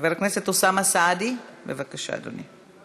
חבר הכנסת אוסאמה סעדי, בבקשה, אדוני.